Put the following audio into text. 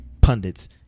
pundits